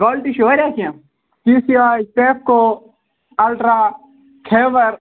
quality چھِ واریاہ کیٚنٛہہ ٹی سی آیۍ سیفکَو آلٹرا خیبر